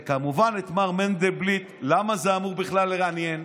וכמובן, את מר מנדלבליט למה זה אמור בכלל לעניין?